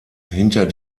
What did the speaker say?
hinter